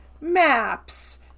maps